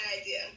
idea